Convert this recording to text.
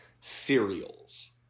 cereals